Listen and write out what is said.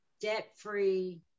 debt-free